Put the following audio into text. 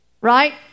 Right